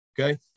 Okay